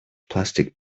plastic